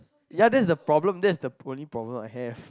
ya that's the problem that's the only problem I have